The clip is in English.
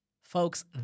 Folks